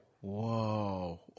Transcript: Whoa